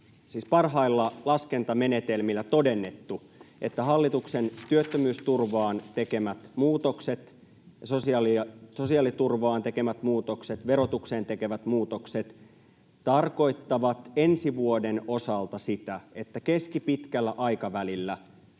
parhailla laskentamenetelmillä todennettu, että hallituksen työttömyysturvaan tekemät muutokset, sosiaaliturvaan tekemät muutokset ja verotukseen tekemät muutokset tarkoittavat ensi vuoden osalta sitä, että keskipitkällä aikavälillä